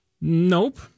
Nope